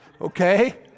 Okay